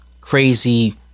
crazy